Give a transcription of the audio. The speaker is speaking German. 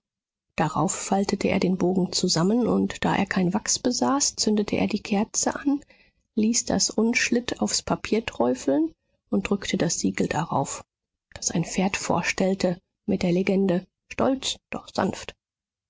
darauf faltete er den bogen zusammen und da er kein wachs besaß zündete er die kerze an ließ das unschlitt aufs papier träufeln und drückte das siegel darauf das ein pferd vorstellte mit der legende stolz doch sanft